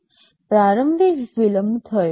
પ્રારંભિક વિલંબ થયો